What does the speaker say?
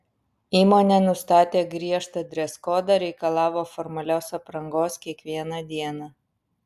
įmonė nustatė griežtą dreskodą reikalavo formalios aprangos kiekvieną dieną